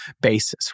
basis